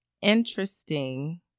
interesting